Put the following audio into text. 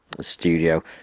studio